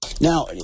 Now